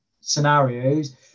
scenarios